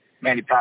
Manny